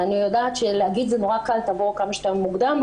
ואני יודעת שלהגיד זה נורא קל: תבואו כמה שיותר מוקדם.